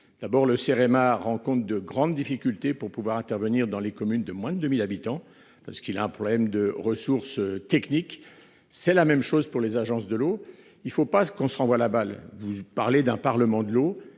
d'abord le CEREMA rencontre de grandes difficultés pour pouvoir intervenir dans les communes de moins de 2000 habitants parce qu'il a un problème de ressources techniques. C'est la même chose pour les agences de l'eau, il ne faut pas qu'on se renvoie la balle. Vous parlez d'un parlement de l'eau,